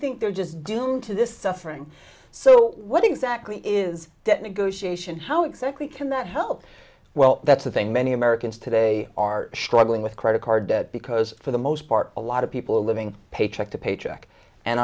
think they're just doomed to this suffering so what exactly is debt negotiation how exactly can that help well that's the thing many americans today are struggling with credit card debt because for the most part a lot of people are living paycheck to paycheck and